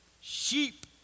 Sheep